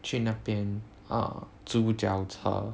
去那边 uh 租脚车